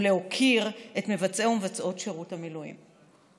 ולהוקיר את מבצעי ומבצעות שירות המילואים.